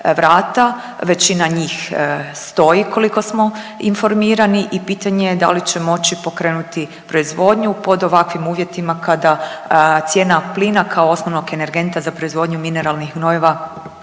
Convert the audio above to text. većina njih stoji koliko smo informirani i pitanje je da li će moći proizvodnju pod ovakvim uvjetima kada cijena plina kao osnovnog energenta za proizvodnju mineralnih gnojiva